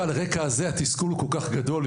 על הרקע הזה התסכול הוא כל כך גדול.